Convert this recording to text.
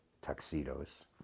tuxedos